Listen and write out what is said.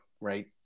right